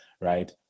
right